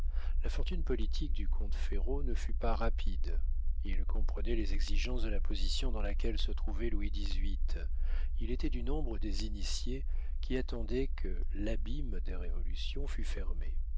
la fortune politique du comte ferraud ne fut pas rapide il comprenait les exigences de la position dans laquelle se trouvait louis xviii il était du nombre des initiés qui attendaient que l'abîme des révolutions fût fermé